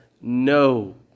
no